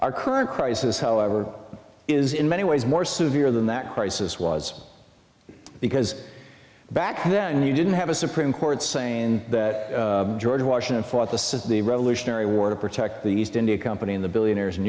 our current crisis however is in many ways more severe than that crisis was because back then you didn't have a supreme court saying that george washington fought the since the revolutionary war to protect the east india company and the billionaires in